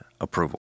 approval